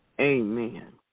Amen